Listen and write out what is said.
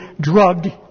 drugged